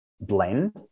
blend